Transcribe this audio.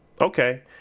okay